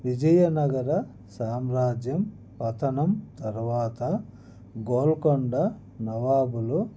విజయనగర సామ్రాజ్యం పతనం తరువాత గోల్కొండ నవాబులు